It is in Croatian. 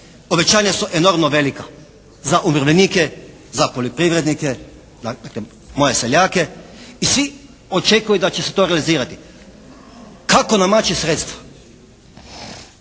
povećanja su enormno velika za umirovljenike, za poljoprivrednike dakle moje seljake. I svi očekuju da će se to organizirati. Kako namaći sredstva?